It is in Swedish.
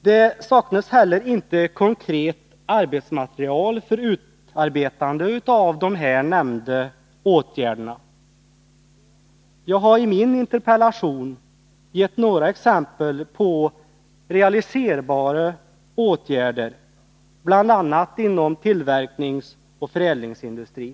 Det saknas inte heller konkret arbetsmaterial för de nämnda åtgärderna. Jag har i min interpellation gett några exempel på realiserbara åtgärder, bl.a. inom tillverkningsoch förädlingsindustrin.